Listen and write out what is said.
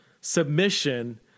submission